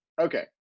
Okay